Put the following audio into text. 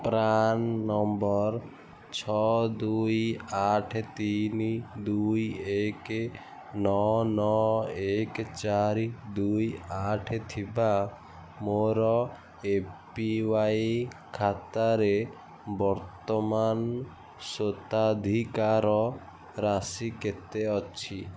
PRAN number ଛଅ ଦୁଇ ଆଠ ତିନି ଦୁଇ ଏକ ନଅ ନଅ ଏକ ଚାରି ଦୁଇ ଆଠ ଥିବା ମୋର ଏ ପି ୱାଇ ଖାତାରେ ବର୍ତ୍ତମାନ ସ୍ୱତ୍ୱାଧିକାର ରାଶି କେତେ ଅଛି